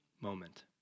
moment